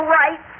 right